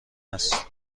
است